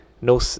no